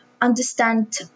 understand